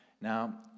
Now